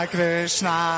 Krishna